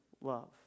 love